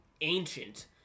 ancient